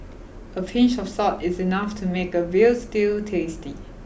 a pinch of salt is enough to make a veal stew tasty